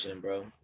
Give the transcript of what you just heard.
bro